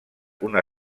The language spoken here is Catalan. una